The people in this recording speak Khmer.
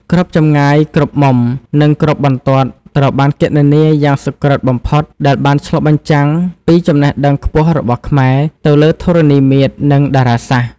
គ្រប់ចម្ងាយ គ្រប់មុំ និងគ្រប់បន្ទាត់ត្រូវបានគណនាយ៉ាងសុក្រិតបំផុតដែលបានឆ្លុះបញ្ចាំងពីចំណេះដឹងខ្ពស់របស់ខ្មែរទៅលើធរណីមាត្រនិងតារាសាស្ត្រ។